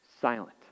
silent